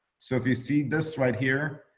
so if you see this right here,